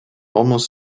almost